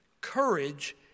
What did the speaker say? Courage